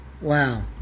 Wow